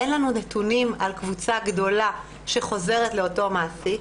אין לנו נתונים על קבוצה שחוזרות לאותו מעסיק,